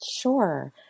Sure